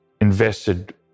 invested